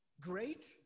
great